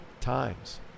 times